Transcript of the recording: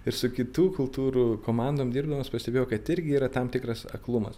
ir su kitų kultūrų komandom dirbdamas pastebėjau kad irgi yra tam tikras aklumas